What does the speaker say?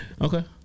Okay